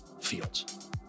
fields